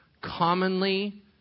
commonly